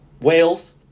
Wales